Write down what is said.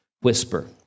whisper